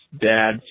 dad